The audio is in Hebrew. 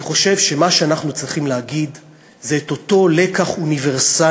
אני חושב שמה שאנחנו צריכים להגיד זה את אותו לקח אוניברסלי,